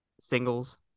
singles